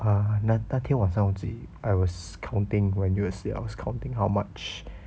uh 那天我在我自己 I was counting when you asleep I was counting how much